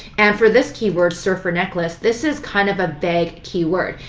and for this keyword, surfer necklace, this is kind of a vague keyword.